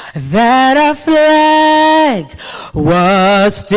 that our flag was still